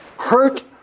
hurt